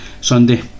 Sunday